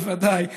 בוודאי.